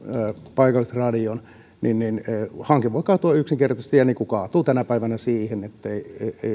paikallisradion niin hanke voi yksinkertaisesti kaatua niin kuin kaatuukin tänä päivänä siihen ettei